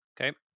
Okay